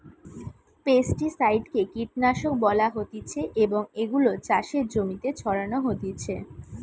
pesticide কে কীটনাশক বলা হতিছে এবং এগুলো চাষের জমিতে ছড়ানো হতিছে